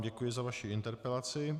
Děkuji vám za vaši interpelaci.